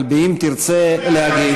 אבל אם תרצה להגיב,